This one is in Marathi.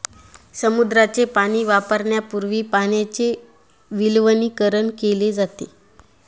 समुद्राचे पाणी वापरण्यापूर्वी पाण्याचे विलवणीकरण केले जाते